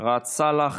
ראאד סלאח,